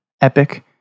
epic